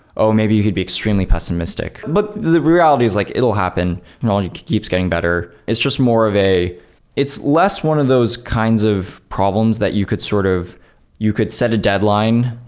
oh, maybe you could be extremely pessimistic. but the reality is like it'll happen. it and only keeps getting better. it's just more of a it's less one of those kinds of problems that you could sort of you could set a deadline.